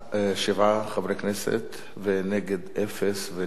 שבעה חברי כנסת, נגד, אפס, נמנע,